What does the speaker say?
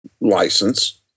license